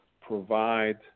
provide